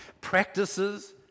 Practices